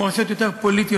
מורשות יותר פוליטיות,